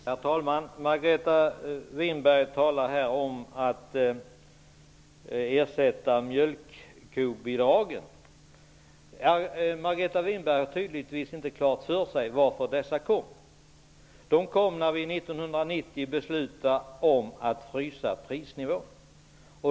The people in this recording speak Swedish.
Herr talman! Margareta Winberg talar om att ersätta mjölkkobidragen. Margareta Winberg har tydligen inte klart för sig varför dessa bidrag kom till. De kom till när vi 1990 beslutade om att frysa prisnivån.